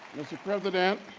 mr. president